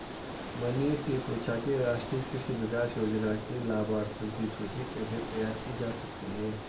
मनीष ने पूछा कि राष्ट्रीय कृषि विकास योजना के लाभाथियों की सूची कैसे तैयार की जा सकती है